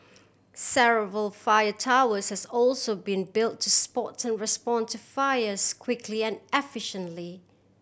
several fire towers has also been built to spot and respond to fires quickly and efficiently